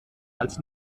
als